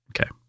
okay